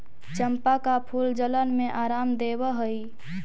चंपा का फूल जलन में आराम देवअ हई